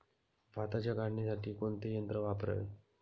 भाताच्या काढणीसाठी कोणते यंत्र वापरावे?